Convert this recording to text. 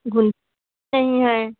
घुन नहीं है